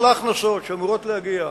כל ההכנסות שאמורות להגיע